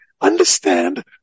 understand